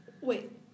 wait